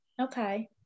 Okay